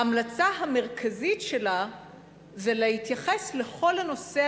שההמלצה המרכזית שלה זה להתייחס לכל הנושא